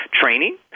training